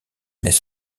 n’est